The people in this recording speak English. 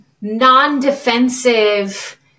non-defensive